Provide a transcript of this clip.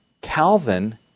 Calvin